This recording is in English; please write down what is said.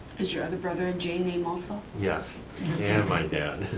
is your other brother a j name also? yes, and my dad.